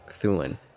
thulin